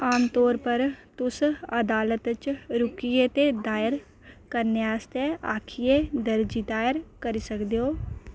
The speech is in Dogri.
आमतौर पर तुस अदालत च रुकियै ते दायर करने आस्तै आक्खियै अर्जी दायर करी सकदे ओ